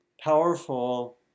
powerful